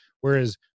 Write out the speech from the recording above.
Whereas